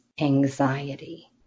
anxiety